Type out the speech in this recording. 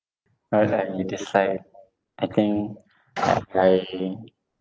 all that they decide I think I